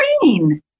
green